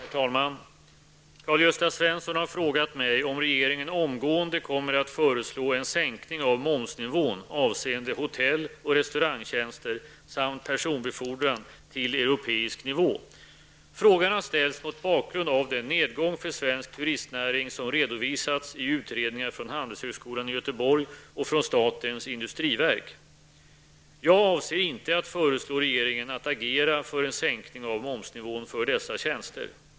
Herr talman! Karl-Gösta Svenson har frågat mig om regeringen omgående kommer att föreslå en sänkning av momsnivån avseende hotell och restaurangtjänster samt personbefordran till europeisk nivå. Frågan har ställts mot bakgrund av den nedgång för svensk turistnäring som redovisats i utredningar från Handelshögskolan i Göteborg och från statens industriverk. Jag avser inte att föreslå regeringen att agera för en sänkning av momsnivån för dessa tjänster.